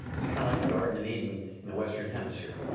it's kind of like the garden of eden in the western hemisphere.